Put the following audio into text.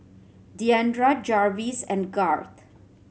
Diandra Jarvis and Garth